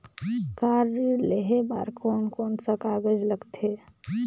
Car ऋण लेहे बार कोन कोन सा कागज़ लगथे?